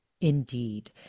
indeed